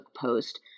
post